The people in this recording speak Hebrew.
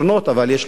אבל יש לו יתרונות.